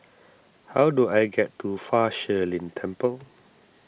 how do I get to Fa Shi Lin Temple